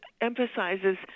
emphasizes